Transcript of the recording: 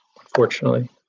unfortunately